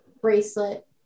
bracelet